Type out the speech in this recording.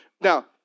Now